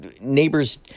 neighbors